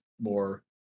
more